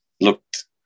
looked